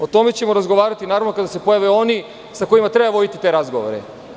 O tome ćemo razgovarati naravno kada se pojave oni sa kojima treba voditi te razgovore.